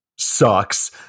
sucks